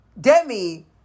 Demi